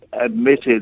admitted